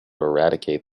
eradicate